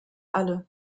alle